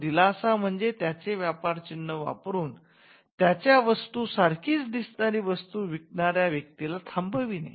तो दिलासा म्हणजे त्याचे व्यापर चिन्ह वापरून त्याच्या वस्तू सारखीच दिसणारी वस्तू विकणाऱ्या व्यक्तीला थांबविणे